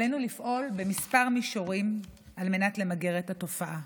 עלינו לפעול בכמה מישורים על מנת למגר את התופעה: